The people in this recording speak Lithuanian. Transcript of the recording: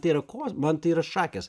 tai yra ko man tai yra šakės